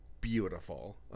beautiful